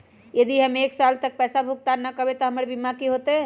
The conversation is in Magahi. यदि हम एक साल तक पैसा भुगतान न कवै त हमर बीमा के की होतै?